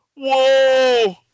Whoa